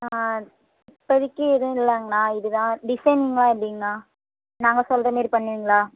ஆ இப்போதிக்கி எதுவும் இல்லங்கணா இது தான் டிசைனிங்கெலாம் எப்படிங்ணா நாங்கள் சொல்கிறமேரி பண்ணுவீங்களா